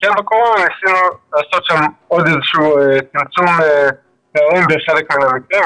בזמן הקורונה ניסינו לעשות שם עוד איזשהו צמצום פערים בחלק מהמקרים,